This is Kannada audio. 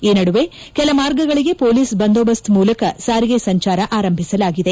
ಈ ನದುವೆ ಕೆಲ ಮಾರ್ಗಗಳಿಗೆ ಪೊಲೀಸ್ ಬಂದೋಬಸ್ತ್ ಮೂಲಕ ಸಾರಿಗೆ ಸಂಚಾರ ಆರಂಭಿಸಲಾಗಿದೆ